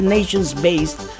Nations-based